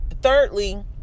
thirdly